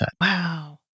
Wow